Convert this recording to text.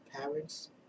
parents